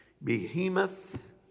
behemoth